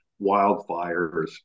wildfires